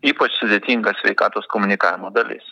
ypač sudėtinga sveikatos komunikavimo dalis